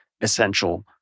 essential